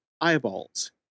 eyeballs